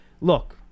look